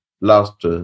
last